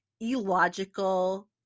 illogical